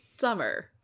summer